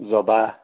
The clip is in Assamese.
জবা